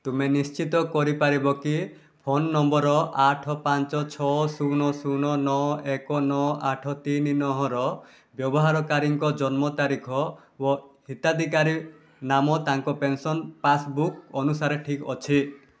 ତୁମେ ନିଶ୍ଚିତ କରିପାରିବ କି ଫୋନ୍ ନମ୍ବର୍ ଆଠ ପାଞ୍ଚ ଛଅ ଶୂନ ଶୂନ ନଅ ଏକ ନଅ ଆଠ ତିନି ନଅର ବ୍ୟବହାରକାରୀଙ୍କ ଜନ୍ମ ତାରିଖ ଓ ହିତାଧିକାରୀ ନାମ ତାଙ୍କ ପେନ୍ସନ୍ ପାସ୍ବୁକ୍ ଅନୁସାରେ ଠିକ୍ ଅଛି